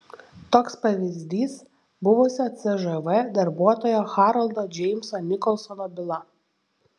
toks pavyzdys buvusio cžv darbuotojo haroldo džeimso nikolsono byla